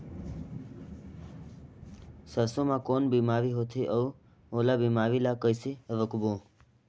सरसो मा कौन बीमारी होथे अउ ओला बीमारी ला कइसे रोकबो?